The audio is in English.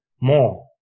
more